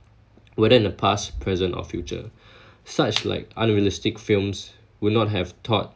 whether in the past present or future such like unrealistic films will not have taught